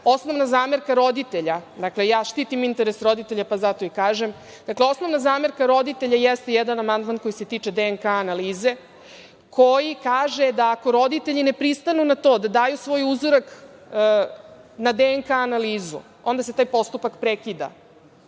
zamerka roditelja, dakle ja štitim interese roditelja, pa zato i kažem, jeste jedan amandman koji se tiče DNK analize, koji kaže da ako roditelji ne pristanu na to da daju svoj uzorak na DNK analizu, onda se taj postupak prekida.